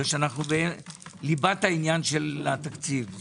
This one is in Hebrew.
כי אנו בליבת העניין של התקציב,